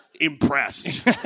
Impressed